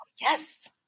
Yes